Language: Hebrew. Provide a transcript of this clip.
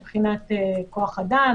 מבחינת כוח אדם,